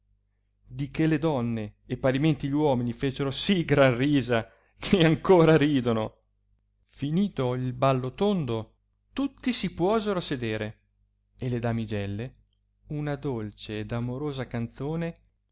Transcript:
di che le donne e parimente gli uomini fecero sì gran risa che ancora ridono finito il ballo tondo tutti si puosero a sedere e le damigelle una dolce ed amorosa canzone